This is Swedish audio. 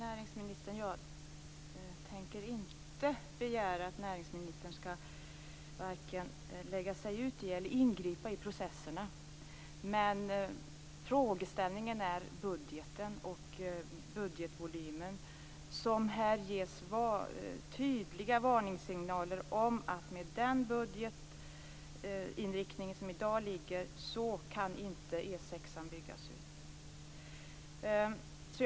Fru talman! Jag tänker inte begära att näringsministern skall ingripa i processerna, men frågeställningen gäller budgeten och budgetvolymen. Här ges tydliga varningssignaler att med nuvarande inriktning av budgeten kan E 6:an inte byggas ut.